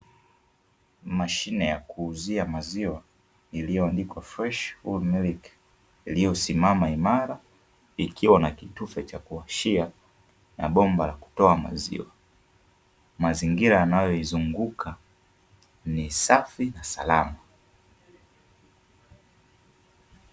Mashine ya kuuzia maziwa iliyoandikwa Fresh whole Milk iliyosimama imara ikiwa na kitufe cha kuwashia na bomba la kutoa maziwa. Mazingira yanayoizunguka ni safi na salama.